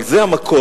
אבל זה המקום,